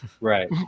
Right